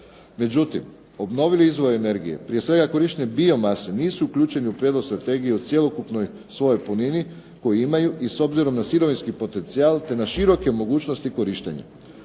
Međutim, obnovljivi izvori energije, prije svega korištenje biomase nisu uključeni u prijedlog strategije u cjelokupnoj svojoj punini koju imaju i s obzirom na sirovinski potencijal, te na široke mogućnosti korištenja.